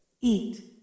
eat